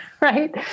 right